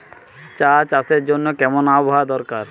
চা চাষের জন্য কেমন আবহাওয়া দরকার?